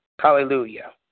hallelujah